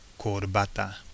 corbata